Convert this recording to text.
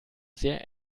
sehr